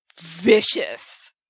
vicious